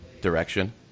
direction